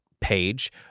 page